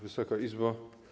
Wysoka Izbo!